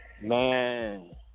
Man